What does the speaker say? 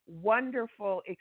wonderful